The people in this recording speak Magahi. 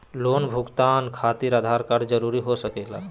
लोन भुगतान खातिर आधार कार्ड जरूरी हो सके ला?